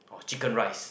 or chicken rice